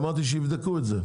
אמרתי שיבדקו את זה.